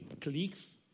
colleagues